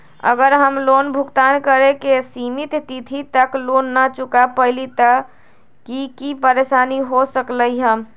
अगर हम लोन भुगतान करे के सिमित तिथि तक लोन न चुका पईली त की की परेशानी हो सकलई ह?